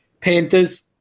Panthers